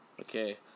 Okay